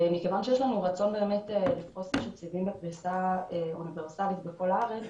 מכיוון שיש לנו רצון לפרוס רשת סיבים בפריסה אוניברסלית בכל הארץ